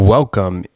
Welcome